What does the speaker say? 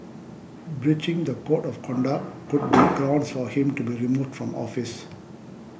breaching the code of conduct could be grounds for him to be removed from office